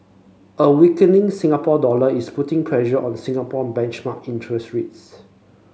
a weakening Singapore dollar is putting pressure on Singapore benchmark interest rates